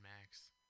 Max